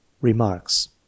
Remarks